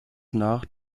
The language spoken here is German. nach